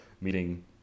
meeting